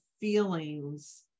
feelings